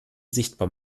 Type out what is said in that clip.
sichtbar